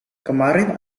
kemarin